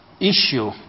issue